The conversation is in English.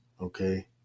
okay